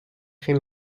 geen